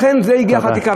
לכן הגיעה החקיקה.